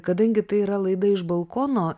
kadangi tai yra laida iš balkono